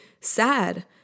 sad